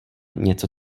něco